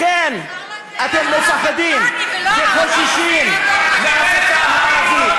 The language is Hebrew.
לכן אתם מפחדים וחוששים מהשפה הערבית.